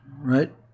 right